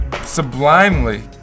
sublimely